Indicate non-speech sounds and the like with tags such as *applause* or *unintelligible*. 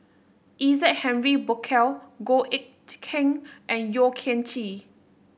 Isaac Henry Burkill Goh Eck *unintelligible* Kheng and Yeo Kian Chye